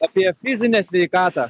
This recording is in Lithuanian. apie fizinę sveikatą